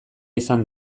izan